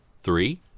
three